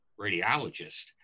radiologist